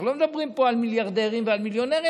אנחנו לא מדברים פה על מיליארדרים ועל מיליונרים,